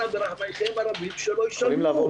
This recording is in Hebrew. --- שלא ישלמו.